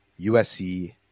USC